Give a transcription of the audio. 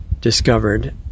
discovered